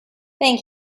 thank